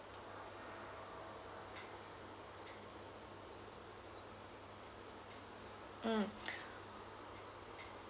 mm